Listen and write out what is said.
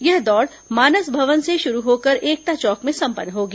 यह दौड़ मानस भवन से शुरू होकर एकता चौक में संपन्न होगी